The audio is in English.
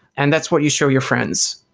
and that's what you show your friends.